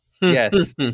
yes